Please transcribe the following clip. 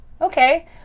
okay